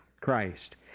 Christ